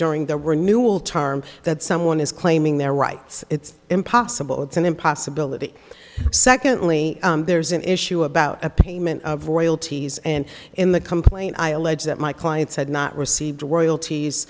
during the renewal term that someone is claiming their rights it's impossible it's an impossibility secondly there's an issue about a payment of royalties and in the complaint i allege that my clients had not received